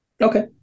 Okay